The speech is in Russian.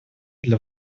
для